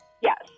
Yes